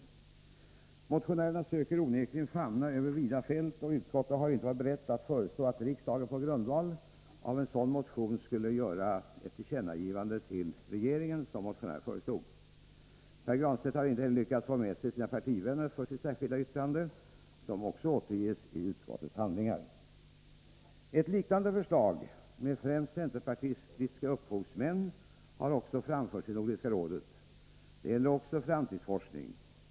Motionärerna söker onekligen famna över vida fält, och utskottet har inte varit berett att föreslå att riksdagen på grundval av en sådan motion skulle göra ett tillkännagivande till regeringen, som motionärerna föreslår. Pär Granstedt har inte heller lyckats få med sig sina partivänner för sitt särskilda yttrande, som återges i utskottets handlingar. Ett liknande förslag, med främst centerpartistiska upphovsmän, har också framförts av Nordiska rådet. Också det gäller framtidsforskning.